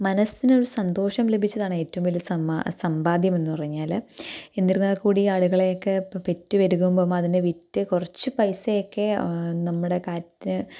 മനസ്സിനൊരു സന്തോഷം ലഭിച്ചതാണേറ്റവും വലിയ സമ്മാനം സമ്പാദ്യമെന്ന് പറഞ്ഞാൽ എന്നിരുന്നാൽ കൂടി ആടുകളെയൊക്കെ പെറ്റു പെരുകുമ്പം അതിനെ വിറ്റ് കുറച്ച് പൈസയൊക്കെ നമ്മുടെ കാര്യത്തിന്